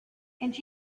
and